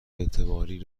اعتباری